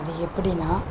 அது எப்படின்னா